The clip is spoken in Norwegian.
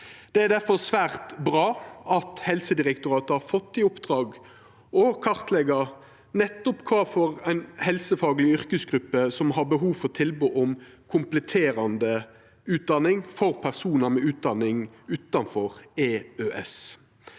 Det er difor svært bra at Helsedirektoratet har fått i oppdrag å kartleggja nettopp kva for helsefaglege yrkesgrupper som har behov for tilbod om kompletterande utdanning for personar med utdanning utanfor EØS.